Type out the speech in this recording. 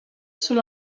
són